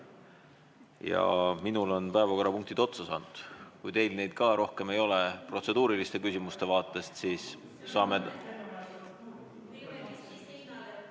ja minul on päevakorrapunktid otsa saanud. Kui teil neid ka rohkem ei ole protseduuriliste küsimuste vaatest, siis saame ...